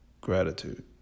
Gratitude